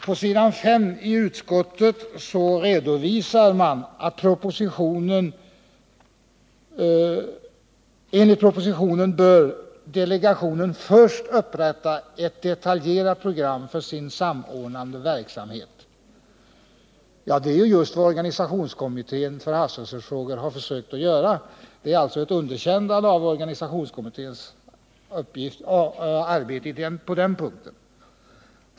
På s. 5 i utskottets betänkande redovisar man att enligt propositionen bör delegationen först upprätta ett detaljerat program för sin samordnande verksamhet. Det är just vad organisationskommittén för havsresursfrågor har försökt göra. Det är alltså ett underkännande av organisationskommitténs arbete på den punkten.